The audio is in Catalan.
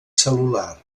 cel·lular